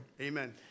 Amen